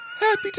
Happy